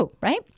right